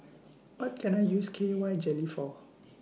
What Can I use K Y Jelly For